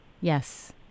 Yes